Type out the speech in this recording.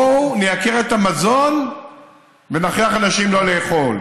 בואו נייקר את המזון ונכריח אנשים לא לאכול,